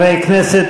הכנסת,